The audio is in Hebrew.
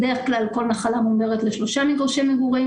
סדרך כלל כל נחלה מומרת לשלושה מגרשי מגורים.